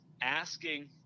asking